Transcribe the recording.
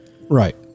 Right